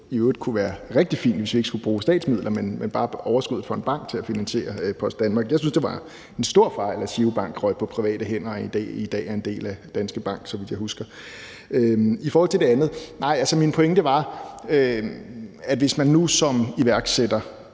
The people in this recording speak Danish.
i øvrigt være rigtig fint, hvis vi ikke skulle bruge statsmidler, men bare overskuddet fra en bank til at finansiere Post Danmark. Jeg synes, det var en stor fejl, at GiroBank røg på private hænder og i dag er en del af Danske Bank, så vidt jeg husker. I forhold til det andet var min pointe, at hvis man nu som iværksætter